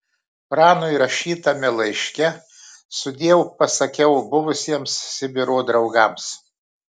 pranui rašytame laiške sudiev pasakiau buvusiems sibiro draugams